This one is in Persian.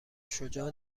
شجاع